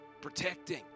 protecting